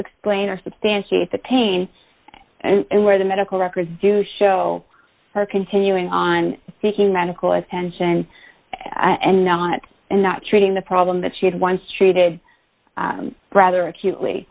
explain or substantiate the pain and where the medical records do show her continuing on seeking medical attention and not and not treating the problem that she had once treated rather acutely